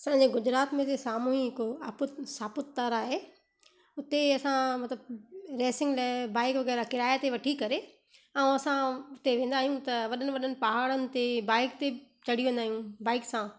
असांजे गुजरात में जे साम्हूं ई हिक आपूत सापूतारा आहे हुते असां मतिलब रैसिंग लाइ बाइक वग़ैरह किराये ते वठी करे ऐं असां हुते वेंदा आहियूं त वॾनि वॾनि पहाड़नि ते बाइक ते चढ़ी वेंदा आहियूं बाइक सां